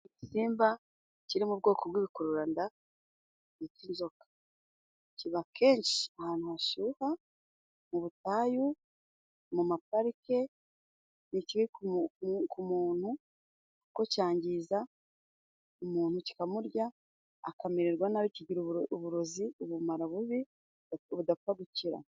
Igisimba kiri mu bwoko bw'ibikururanda bita inzoka kiba akenshi ahantu hashyuha ,mu butayu , mu maparike ni kibi ku muntu kuko cyangiza umuntu kikamurya , akamererwa nabi kigira uburozi ubumara bubi budapfa gukira.